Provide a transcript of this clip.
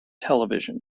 television